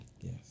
Yes